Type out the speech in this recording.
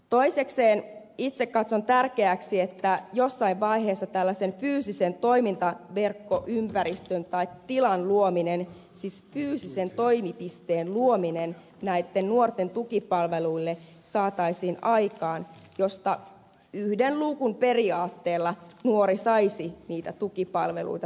toisekseen itse katson tärkeäksi että jossain vaiheessa saataisiin aikaan näitten nuorten tukipalveluille tällaisen fyysisen toimintaverkkoympäristön tai tilan luominen siis fyysisen toimipisteen luominen josta nuori saisi yhden luukun periaatteella niitä tukipalveluita tulevaisuudessa